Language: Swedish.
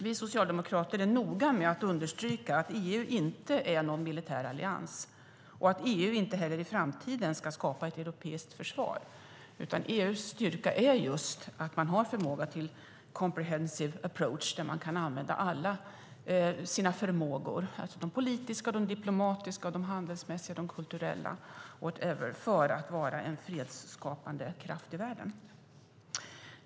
Vi socialdemokrater är noga med att understryka att EU inte är någon militär allians och att EU inte heller i framtiden ska skapa ett europeiskt försvar, utan EU:s styrka är just att man har förmåga till comprehensive approach där man kan använda alla sina förmågor, alltså de politiska, diplomatiska, handelsmässiga och kulturella, what ever, för att vara en fredsskapande kraft i världen.